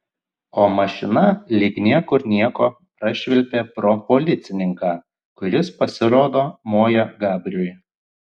o mašina lyg niekur nieko prašvilpė pro policininką kuris pasirodo moja gabriui